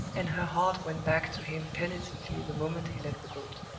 and her heart went back to him penitently the moment he left the boat.